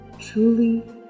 Truly